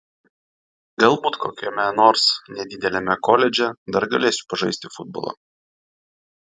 galbūt kokiame nors nedideliame koledže dar galėsiu pažaisti futbolą